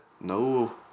No